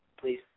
Please